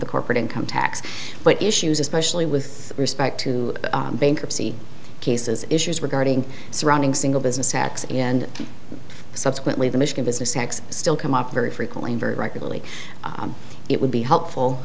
the corporate income tax issues especially with respect to bankruptcy cases issues regarding surrounding single business sacks and subsequently the michigan business tax still come up very frequently very regularly it would be helpful